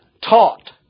taught